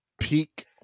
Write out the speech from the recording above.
peak